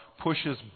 pushes